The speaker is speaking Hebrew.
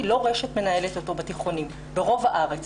שרשת מנהלת אותו בתיכונים ברוב הארץ,